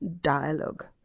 dialogue